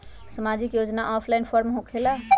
समाजिक योजना offline form होकेला?